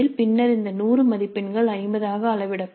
பின்னர் இந்த 100 மதிப்பெண்கள் 50 ஆக அளவிடப்படும்